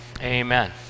Amen